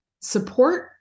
support